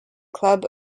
club